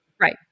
Right